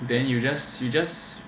then you just you just